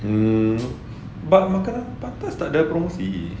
mm but makan pantas tak ada promosi